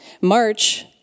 March